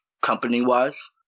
company-wise